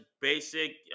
basic